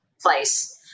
place